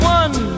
one